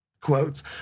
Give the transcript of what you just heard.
quotes